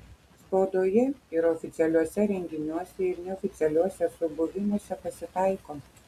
spaudoje ir oficialiuose renginiuose ir neoficialiuose subuvimuose pasitaiko